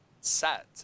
set